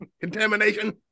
Contamination